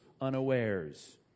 unawares